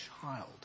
child